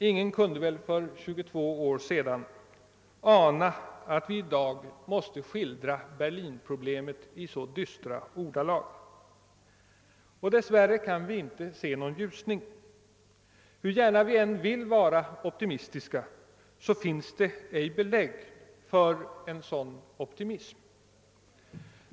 Ingen kunde väl för 22 år sedan ana, att vi i dag måste skildra Berlin-problemet i så dystra ordalag. Och dess värre kan vi inte se någon ljusning. Hur gärna vi än vill vara optimistiska så finns det ej belägg för en sådan optimism.